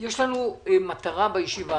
בנושא של המיגון הצלחתי לשכנע את משרד השיכון